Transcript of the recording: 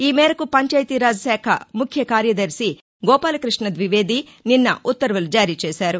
ఈమేరకు పంచాయతీరాజ్ శాఖ ముఖ్య కార్యదర్శి గోపాలకృష్ణ ద్వివేది నిన్న ఉత్తర్వులు జారీ చేశారు